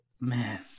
Man